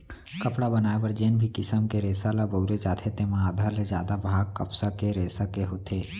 कपड़ा बनाए बर जेन भी किसम के रेसा ल बउरे जाथे तेमा आधा ले जादा भाग कपसा के रेसा के होथे